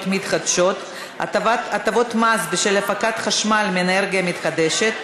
מתחדשות (הטבות מס בשל הפקת חשמל מאנרגיה מתחדשת),